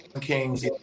kings